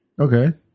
Okay